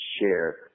share